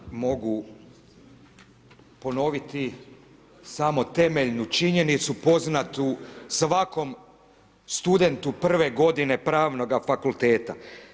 Dakle mogu ponoviti samo temeljnu činjenicu poznatu svakom studentu prve godine pravnoga fakulteta.